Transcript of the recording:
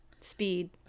Speed